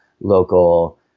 local